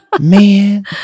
man